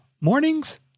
Mornings